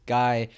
guy